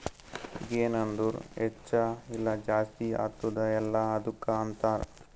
ಗೆನ್ ಅಂದುರ್ ಹೆಚ್ಚ ಇಲ್ಲ ಜಾಸ್ತಿ ಆತ್ತುದ ಅಲ್ಲಾ ಅದ್ದುಕ ಅಂತಾರ್